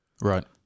right